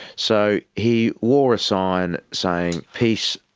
so he wore a sign saying peace,